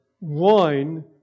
wine